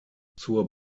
zur